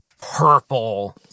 purple